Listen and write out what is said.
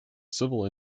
civil